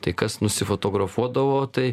tai kas nusifotografuodavo tai